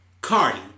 Cardi